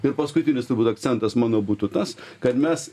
ir paskutinis akcentas mano būtų tas kad mes